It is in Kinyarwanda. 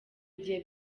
igihe